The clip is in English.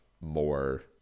more